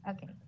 Okay